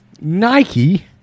Nike